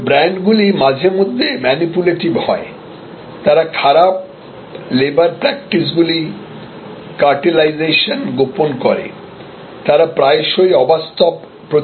তবে ব্র্যান্ডগুলি মাঝেমধ্যে ম্যানিপুলেটিভহয় তারা খারাপ লেবার প্র্যাকটিসগুলি কার্টেলাইজেশন গোপন করে তারা প্রায়শই অবাস্তব প্রতিশ্রুতি দেয়